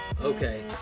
Okay